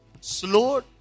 slow